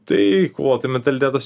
tai kovotojų mentalitetas